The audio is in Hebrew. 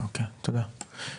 אוקי, תודה.